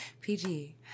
PG